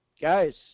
guys